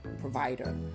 provider